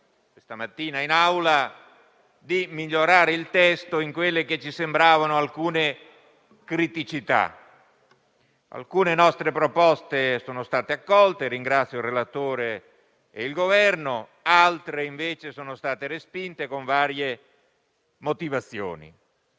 stamattina in Aula, di migliorare il testo su quelle che ci sembravano alcune criticità. Alcune nostre proposte sono state accolte e di questo ringrazio il relatore e il Governo. Altre invece sono state respinte, con varie motivazioni.